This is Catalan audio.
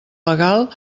legal